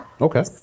okay